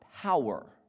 power